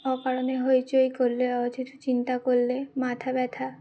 অকারণে হইচই করলে অহেতুক চিন্তা করলে মাথা ব্যথা